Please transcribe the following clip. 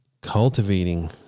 cultivating